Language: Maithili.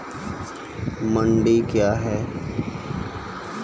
मंडी क्या हैं?